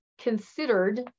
considered